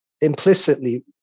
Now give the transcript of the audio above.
implicitly